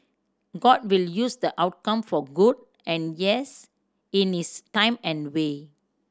god will use the outcome for good and yes in his time and way